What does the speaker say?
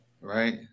right